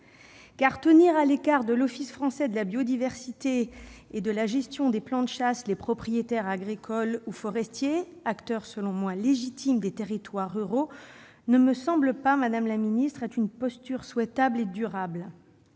tenir à l'écart de l'Office français de la biodiversité et de la gestion des plans de chasse les propriétaires agricoles ou forestiers, acteurs, selon moi, légitimes des territoires ruraux, ne me semble pas une posture souhaitable et durable.